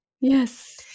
Yes